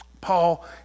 Paul